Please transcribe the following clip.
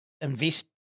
invest